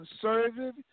conservative